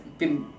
pimp